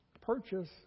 purchase